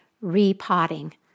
Repotting